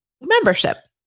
membership